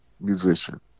musician